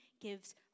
gives